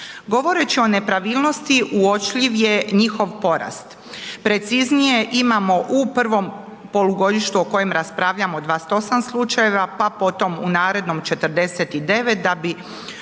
Govoreći o nepravilnosti uočljiv je njihov porast, preciznije imamo u prvom polugodištu o koje raspravljamo 28 slučajeva, pa potom u narednom 49 da bi